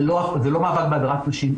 זה לא מאבק בהדרת נשים,